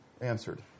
Answered